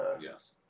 Yes